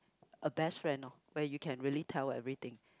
a best friend lor where you can really tell everything